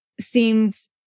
seems